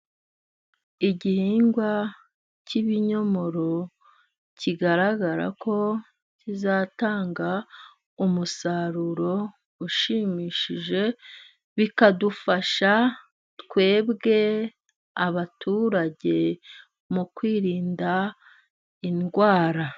Igihingwa cy'ibinyomoro kigaragara ko kizatanga umusaruro ushimishije, bikadufasha twebwe abaturage, mu kwirinda indwara.